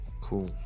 cool